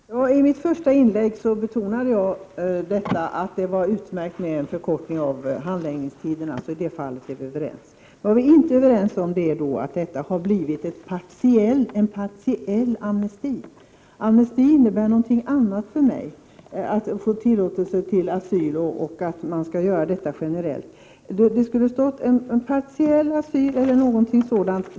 Herr talman! I mitt första inlägg betonade jag att det var utmärkt att handläggningstiderna förkortades, så i det fallet är vi överens. Vad vi inte är överens om är att detta har blivit en partiell amnesti. Amnesti innebär någonting annat för mig: en generell tillåtelse till asyl. Det skulle ha stått ”partiell asyl” eller någonting sådant.